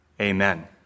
Amen